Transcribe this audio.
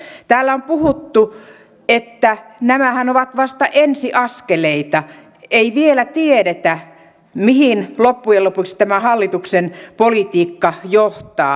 täällä on puhuttu että nämähän ovat vasta ensiaskeleita ei vielä tiedetä mihin loppujen lopuksi tämä hallituksen politiikka johtaa